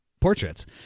portraits